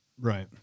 Right